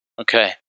Okay